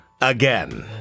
Again